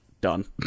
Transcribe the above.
done